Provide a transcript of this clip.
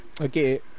Okay